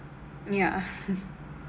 yeah